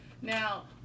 Now